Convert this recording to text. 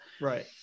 Right